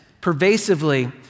pervasively